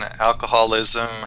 alcoholism